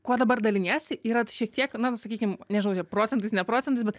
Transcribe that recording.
kuo dabar daliniesi yra šiek tiek na sakykim nežinau čia procentais ne procentais bet